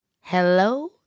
Hello